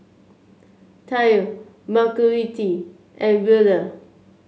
Tye Margurite and Wheeler